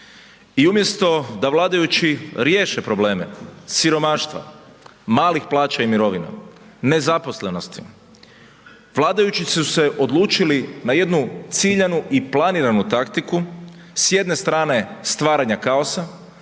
I umjesto da vladajući riješe probleme siromaštva, malih plaća i mirovina, nezaposlenosti vladajući su se odlučili na jednu ciljanu i planiranu taktiku s jedne strane stvaranja kaosa,